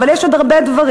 אבל יש עוד הרבה דברים.